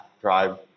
drive